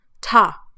Ta